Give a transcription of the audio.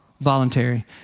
voluntary